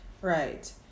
Right